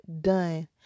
done